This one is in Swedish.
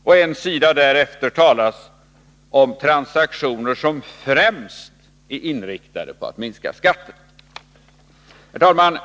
Men en sida därefter talas det om ”transaktioner som främst” — jag betonar det — ”är inriktade på att minska skatten”. Herr talman!